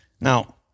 Now